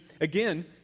Again